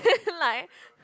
like